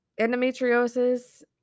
Endometriosis